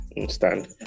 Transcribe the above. understand